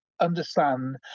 understand